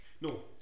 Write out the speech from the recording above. no